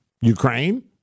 Ukraine